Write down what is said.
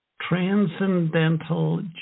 Transcendental